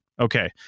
Okay